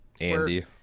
Andy